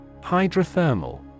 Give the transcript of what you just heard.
Hydrothermal